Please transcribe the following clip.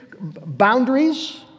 boundaries